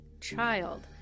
child